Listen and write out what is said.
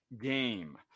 game